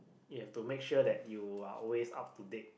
you have to make sure that you are always up to date